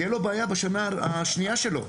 תהיה לו בשנה השנייה שלו.